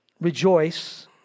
Rejoice